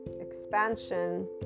expansion